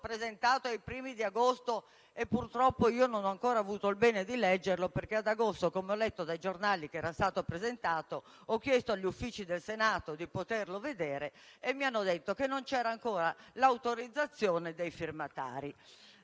presentato ai primi di agosto? Purtroppo non ho ancora avuto il piacere di leggerlo, perché ad agosto, quando ho letto sui giornali che era stato presentato, ho chiesto agli uffici del Senato di poterlo leggere, ma mi hanno risposto che non c'era ancora l'autorizzazione dei firmatari.